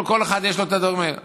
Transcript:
כל אחד יש לו את הדברים האלה.